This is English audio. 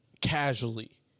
Casually